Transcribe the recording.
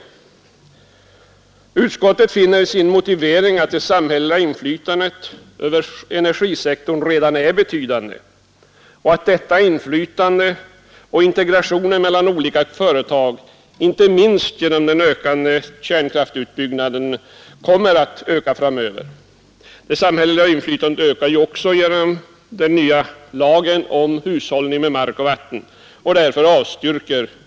Utskottet finner i sin motivering att det samhälleliga inflytandet över energisektorn redan är betydande och att detta inflytande och integrationen mellan de olika kraftföretagen, inte minst genom den ökande inriktningen på värmekraft, kommer att öka framöver. Likaså ökar det samhälleliga inflytandet genom den nyligen antagna lagen om hushållning med mark och vatten.